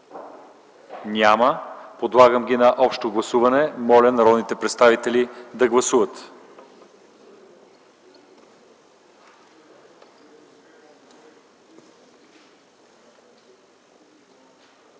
Няма. Подлагам на гласуване § 16. Моля народните представители да гласуват.